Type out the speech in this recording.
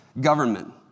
government